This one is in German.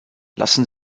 lassen